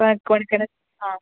കൊഴ കുഴൽ കിണർ ആ